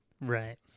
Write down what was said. Right